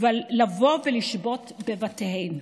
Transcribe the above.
לבוא ולשבות בבתיהן.